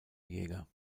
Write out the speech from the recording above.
jäger